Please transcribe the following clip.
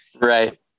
Right